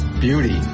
Beauty